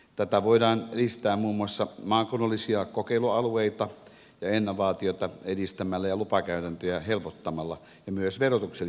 tätä voidaan edistää muun muassa maakunnallisia kokeilualueita ja ennovaatioita edistämällä ja lupakäytäntöjä helpottamalla ja myös verotuksellisin keinoin